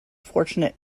fortunate